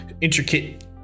intricate